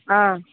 ஆ